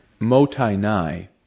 motainai